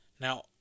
Now